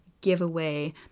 giveaway